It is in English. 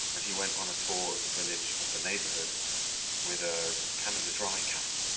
and he went on a tour of the village of the neighborhood with a canada dry cap.